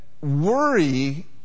worry